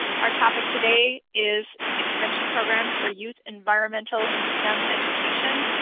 our topic today is extension programs for youth environmental and stem education.